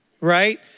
right